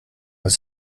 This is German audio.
was